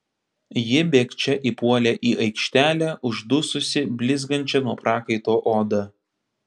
ji bėgčia įpuolė į aikštelę uždususi blizgančia nuo prakaito oda